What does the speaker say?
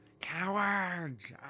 Cowards